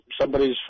somebody's